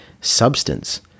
substance